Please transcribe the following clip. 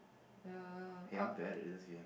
the uh